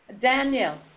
Daniel